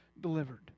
delivered